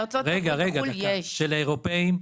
בחו"ל יש ----- של האירופאים,